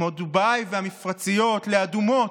כמו דובאי והמפרציות לאדומות?